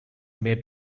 may